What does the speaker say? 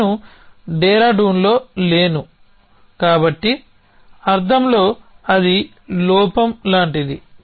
నేను డెరదున్లో లేను కాబట్టి అర్థంలో అది లోపం లాంటిది